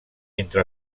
entre